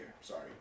sorry